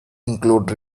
include